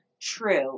true